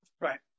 Right